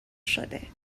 شده